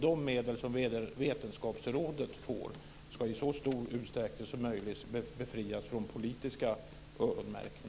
De medel som Vetenskapsrådet får ska i så stor utsträckning som möjligt befrias från politisk öronmärkning.